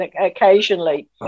occasionally